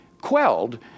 quelled